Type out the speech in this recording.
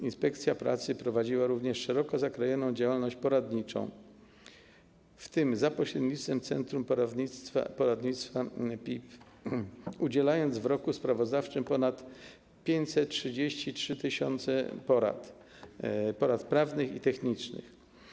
Inspekcja pracy prowadziła również szeroko zakrojoną działalność poradniczą, w tym za pośrednictwem centrum poradnictwa PIP, udzielając w roku sprawozdawczym ponad 533 tys. porad prawnych i technicznych.